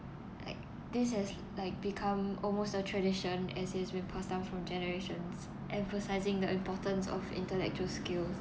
like this has like become almost a tradition as it's been passed down from generations emphasising the importance of intellectual skills